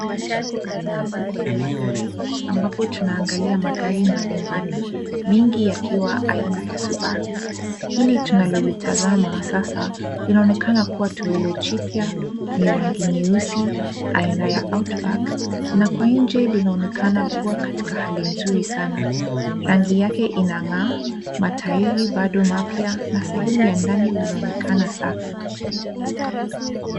Tuko katika soko la magari ambapo tunaangalia magari mbalimbali mingi yakiwa aina ya Subaru. Hili tunalolitazama sana linaonekana kuwa toleo jipya, ni rangi nyeusi aina ya Outback na kwa nje linaonekana kuwa katika hali nzuri sana. Rangi yake inang'aa, matairi bado mapya na sehemu ya ndani linaonekana safi.